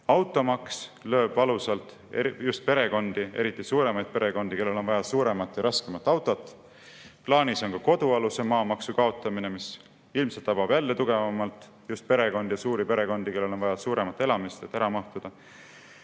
Automaks lööb valusalt just perekondi, eriti suuremaid perekondi, kellel on vaja suuremat ja raskemat autot. Plaanis on ka kodualuse [maa pealt] maamaksust [vabastamise] kaotamine, mis ilmselt tabab tugevamalt jälle just perekondi ja suuri perekondi, kellel on vaja suuremat elamist, et ära mahtuda.